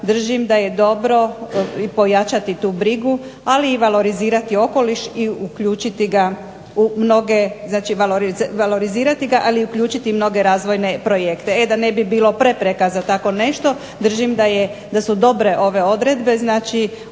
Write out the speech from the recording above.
držim da je dobro pojačati tu brigu ali i valorizirati okoliš i uključiti ga u mnoge razvojne projekte. E da ne bi bilo prepreka za takvo nešto držim da su dobre ove odredbe, od